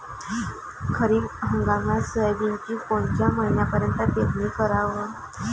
खरीप हंगामात सोयाबीनची कोनच्या महिन्यापर्यंत पेरनी कराव?